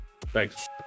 Thanks